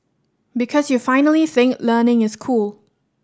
because you finally think learning is cool